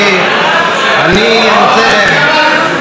אני גם אתייחס לזה.